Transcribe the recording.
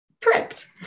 Correct